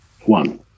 one